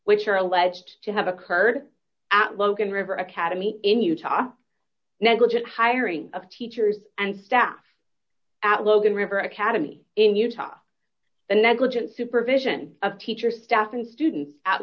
which are alleged to have occurred at logan river academy in utah negligent hiring of teachers and staff at logan river academy in utah the negligent supervision of teachers staff and students at